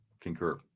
Concur